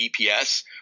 EPS